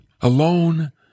alone